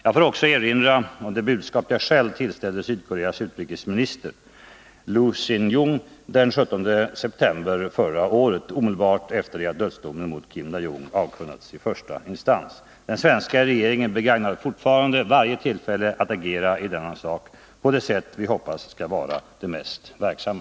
Jag får också erinra om det budskap jag själv tillställde Sydkoreas utrikesminister Lho Shin-Yong den 17 september förra året, omedelbart efter det att dödsdomen mot Kim Dae-Jung avkunnats i första instans. Den svenska regeringen begagnar fortfarande varje tillfälle att agera i denna sak — på det sätt vi hoppas skall vara mest verksamt.